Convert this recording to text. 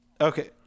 Okay